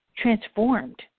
transformed